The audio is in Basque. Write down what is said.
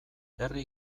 herri